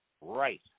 right